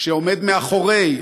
שעומד מאחורי,